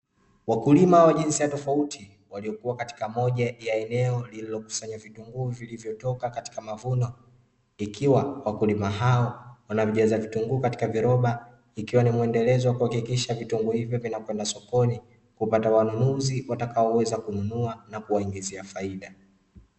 Wakulima wa jinsia tofauti waliokuwa katika moja ya eneo lililokusanya vitunguu vilivyotoka katika mavuno, ikiwa wakulima hao wanaojaza vitunguu katika viroba ikiwa ni mwendelezo wa kuhakikisha vitunguu hivyo vinakwenda sokoni, kupata wanunuzi watakaoweza kununua na kuwaingizia faida.